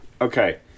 Okay